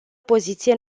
poziție